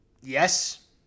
yes